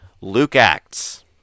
Luke-Acts